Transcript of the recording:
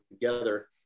together